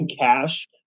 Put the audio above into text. cash